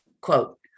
Quote